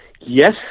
yes